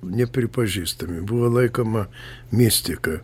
nepripažįstami buvo laikoma mistika